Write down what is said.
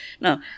Now